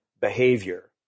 behavior